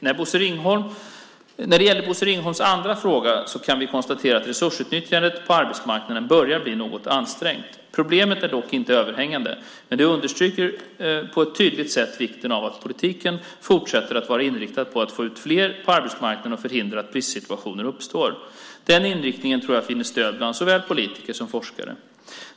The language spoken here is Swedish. När det gäller Bosse Ringholms andra fråga kan vi konstatera att resursutnyttjandet på arbetsmarknaden börjar bli något ansträngt. Problemet är dock inte överhängande, men det understryker på ett tydligt sätt vikten av att politiken fortsätter att vara inriktad på att få ut fler på arbetsmarknaden och förhindra att bristsituationer uppstår. Den inriktningen tror jag finner stöd bland såväl politiker som forskare.